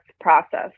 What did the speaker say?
process